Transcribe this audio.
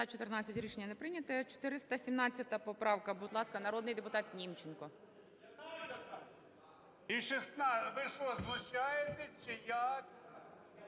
За-14 Рішення не прийнято. 417 поправка. Будь ласка, народний депутат Німченко.